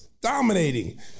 dominating